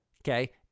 Okay